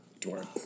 Dwarf